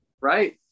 right